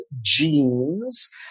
genes